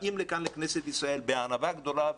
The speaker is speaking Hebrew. הם באים לכאן בכנסת ישראל בענווה גדולה,